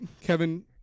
Kevin